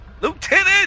Lieutenant